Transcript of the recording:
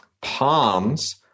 palms